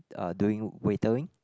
uh doing waitering